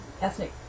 ethnic